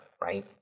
right